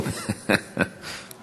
חשבתי 20 דקות.